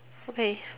okay